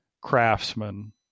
craftsman